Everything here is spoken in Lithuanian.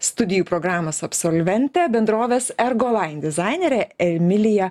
studijų programos absolventė bendrovės ergolain dizainerė emilija